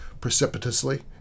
precipitously